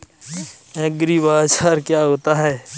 एग्रीबाजार क्या होता है?